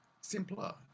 simpler